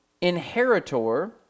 inheritor